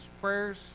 prayers